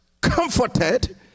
comforted